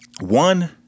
One